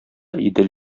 идел